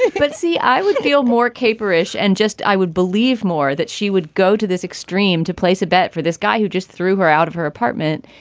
but see, i would feel more caper ish and just i would believe more that she would go to this extreme to place a bet for this guy who just threw her out of her apartment.